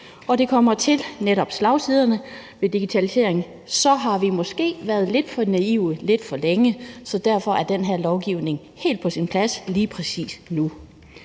Når det kommer til netop slagsiderne ved digitalisering, så har vi måske været lidt for naive lidt for længe, så derfor er det her lovforslag helt på sin plads lige præcis nu.